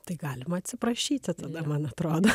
tai galima atsiprašyti tada man atrodo